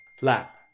lap